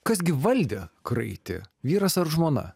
kas gi valdė kraitį vyras ar žmona